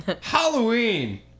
Halloween